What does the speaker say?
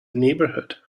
neighborhood